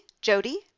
Jody